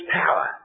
power